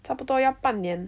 差不多要半年